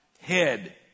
head